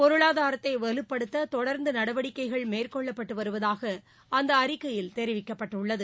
பொருளாதாரத்தை வலுப்படுத்த தொடர்ந்து நடவடிக்கைகள் மேற்கொள்ளப்பட்டு வருவதாக அந்த அறிக்கையில் தெரிவிக்கப்பட்டுள்ளது